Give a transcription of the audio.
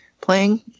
playing